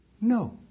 no